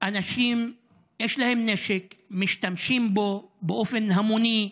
אנשים שיש להם נשק משתמשים בו באופן המוני,